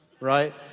right